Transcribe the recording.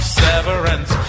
severance